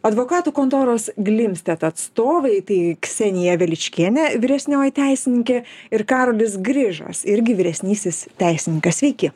advokatų kontoros glimstet atstovai tai ksenija veličkienė vyresnioji teisininkė ir karolis grižas irgi vyresnysis teisininkas sveiki